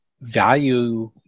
value